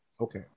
Okay